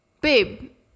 Babe